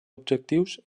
objectius